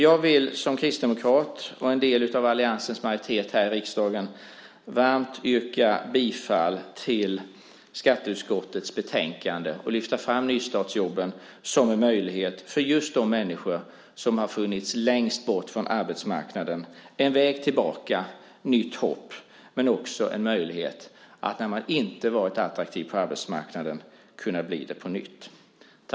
Jag vill som kristdemokrat och en del av alliansens majoritet här i riksdagen varmt yrka bifall till förslaget i skatteutskottets betänkande och lyfta fram nystartsjobben som en möjlighet för just de människor som har funnits längst bort från arbetsmarknaden. Det är en väg tillbaka, nytt hopp och en möjlighet för den som inte varit attraktiv på arbetsmarknaden att bli det på nytt.